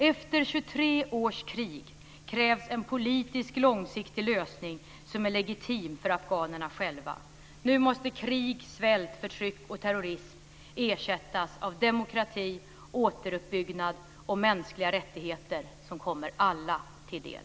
Efter 23 års krig krävs en politisk långsiktig lösning som är legitim för afghanerna själva. Nu måste krig, svält, förtryck och terrorism ersättas av demokrati, återuppbyggnad och mänskliga rättigheter som kommer alla till del.